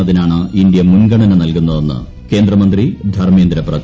എന്നതിനാണ് India മുൻഗണന് നിൽ ്കുന്നതെന്ന് കേന്ദ്രമന്ത്രി ധർമ്മേന്ദ്ര പ്രധാൻ